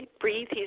breathe